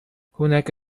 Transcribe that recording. هناك